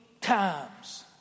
times